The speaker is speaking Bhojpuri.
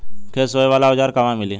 खेत सोहे वाला औज़ार कहवा मिली?